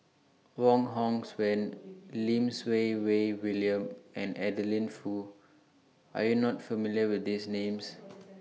Wong Hong Suen Lim Siew Wai William and Adeline Foo Are YOU not familiar with These Names